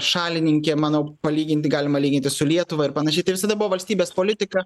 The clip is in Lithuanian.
šalininkė manau palyginti galima lyginti su lietuva ir panašiai tai visada buvo valstybės politika